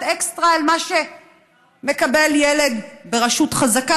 אקסטרה על מה שמקבל ילד ברשות חזקה,